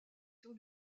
sur